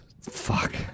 Fuck